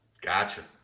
Gotcha